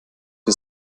wir